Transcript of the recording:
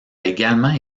également